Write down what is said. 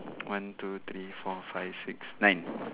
one two three four five six nine